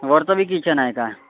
वरचं बी किचन आहे का